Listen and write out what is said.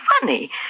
funny